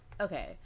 Okay